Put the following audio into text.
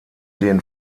den